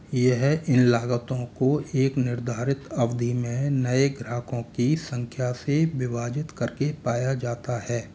यह इन लागतों को एक निर्धारित अवधि में नए ग्राहकों की संख्या से विभाजित करके पाया जाता है